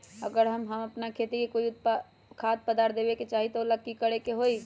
अगर हम अपना खेती में कोइ खाद्य पदार्थ देबे के चाही त वो ला का करे के होई?